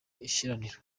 ishiraniro